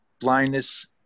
Blindness